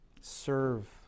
serve